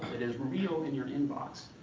it is real in your inbox.